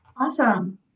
Awesome